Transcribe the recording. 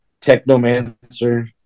Technomancer